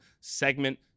segment